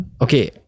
okay